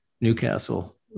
Newcastle